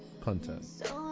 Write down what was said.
Content